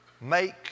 Make